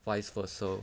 vice versa